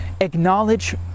acknowledge